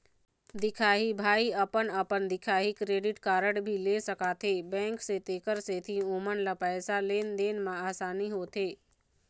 दिखाही भाई हमन अपन अपन दिखाही क्रेडिट कारड भी ले सकाथे बैंक से तेकर सेंथी ओमन ला पैसा लेन देन मा आसानी होथे?